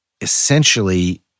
essentially